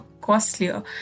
costlier